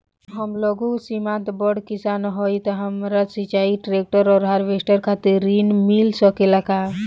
हम लघु सीमांत बड़ किसान हईं त हमरा सिंचाई ट्रेक्टर और हार्वेस्टर खातिर ऋण मिल सकेला का?